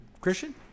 Christian